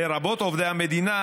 לרבות עובדי המדינה,